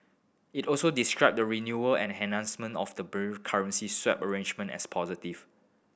it also described the renewal and enhancement of the bilateral currency swap arrangement as positive